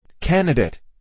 Candidate